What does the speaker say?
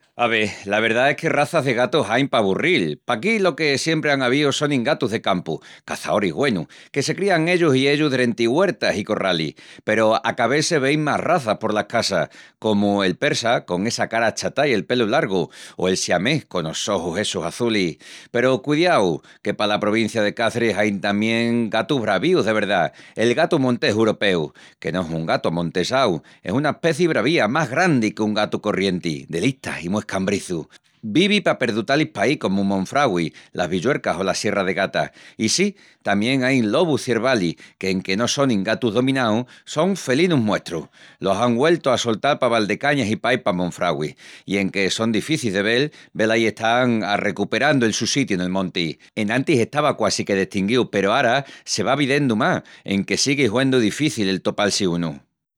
Ave, la verdá es que razas de gatus ain pa aburril. Paquí lo que siempri án avíu sonin gatus de campu, caçaoris güenus, que se crían ellus i ellus dentri güertas i corralis. Peru a ca ves se vein más razas polas casas, comu el persa, con esa cara achatá i el pelu largu; o el siamés, conos ojus essus azulis. Peru cudiau, que pala provincia de Caçris ain tamién gatus bravíus de verdá: el gatu montés uropeu, que no es un gatu amontesau, es una aspeci bravía, más grandi que un gatu corrienti, de listas i mu escambrizu. Vivi pa perdutalis paí comu Monfragüi, Las Villuercas o la Sierra de Gata. I sí, tamién ain lobus ciervalis, que enque no sonin gatus dominaus, son felinus nuestrus. Los án güeltu a soltal pa Valdecañas i paí pa Monfragüe, i enque son dificis de vel, velaí están, arrecuperandu el su sitiu nel monti. Enantis estava quasi que destinguíu, peru ara se va videndu más, enque sigui huendu difici el topal-si unu.